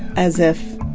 as if